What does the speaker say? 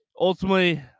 ultimately